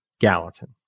Gallatin